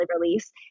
release